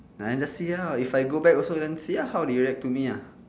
then just see ah if I go back also then see how they react to me ah